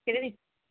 কেটে